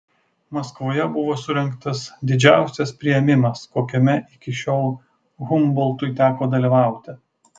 maskvoje buvo surengtas didžiausias priėmimas kokiame iki šiol humboltui teko dalyvauti